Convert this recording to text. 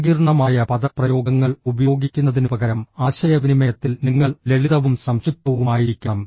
സങ്കീർണ്ണമായ പദപ്രയോഗങ്ങൾ ഉപയോഗിക്കുന്നതിനുപകരം ആശയവിനിമയത്തിൽ നിങ്ങൾ ലളിതവും സംക്ഷിപ്തവുമായിരിക്കണം